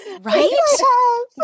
Right